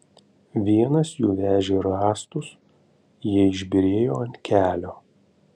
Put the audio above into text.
vienas jų vežė rąstus jie išbyrėjo ant kelio